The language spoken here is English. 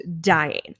dying